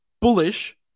bullish